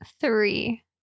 Three